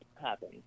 happen